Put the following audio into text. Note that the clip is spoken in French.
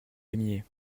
aimiez